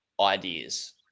ideas